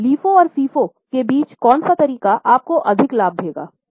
अब LIFO और FIFO के बीच कौन सा तरीका आपको अधिक लाभ देगा